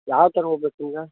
ಯಾವ ಥರ ಹೂ ಬೇಕು ನಿಮಗೆ